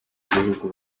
gihugu